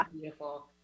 beautiful